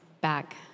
back